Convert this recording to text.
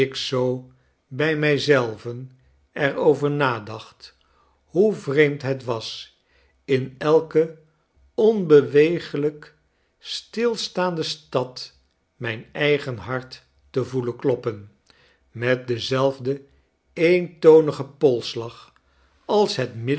bij mij zelven er over nadacht hoe vreemd het was in elke onbeweeglijk stilstaande stad mijn eigen hart te voelenkloppen met denzelfden eentonigen polsslag als het